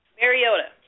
Mariota